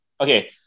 okay